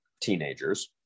teenagers